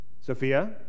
Sophia